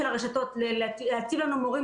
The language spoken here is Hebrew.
מורים